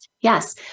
Yes